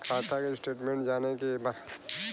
खाता के स्टेटमेंट जाने के बा?